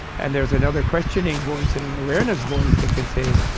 and there's another questioning voice and an awareness voice that can say,